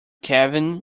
kevin